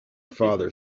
father